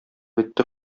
итте